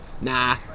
Nah